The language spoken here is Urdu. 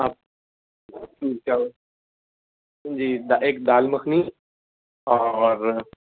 آپ جی ایک دال مکھنی اور